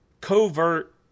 covert